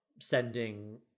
sending